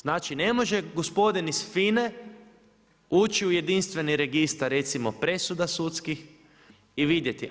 Znači, ne može gospodin iz FINA-e ući u jedinstveni registar recimo presuda sudskih i vidjeti.